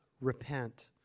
repent